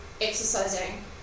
exercising